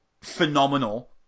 phenomenal